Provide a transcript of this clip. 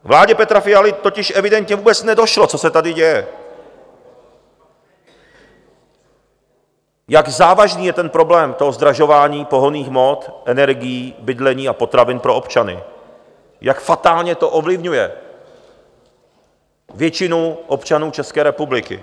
Vládě Petra Fialy totiž evidentně vůbec nedošlo, co se tady děje, jak závažný je problém zdražování pohonných hmot, energií, bydlení a potravin pro občany, jak fatálně to ovlivňuje většinu občanů České republiky.